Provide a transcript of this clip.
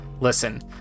listen